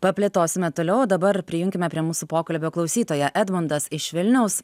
paplėtosime toliau o dabar prijunkime prie mūsų pokalbio klausytoją edmundas iš vilniaus